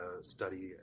study